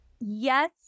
Yes